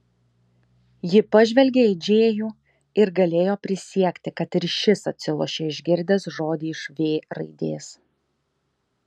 ji pažvelgė į džėjų ir galėjo prisiekti kad ir šis atsilošė išgirdęs žodį iš v raidės